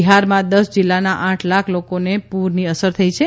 બિહારમાં દસ જિલ્લાના આઠ લાખ લોકોને પૂરની અસર થઈ છે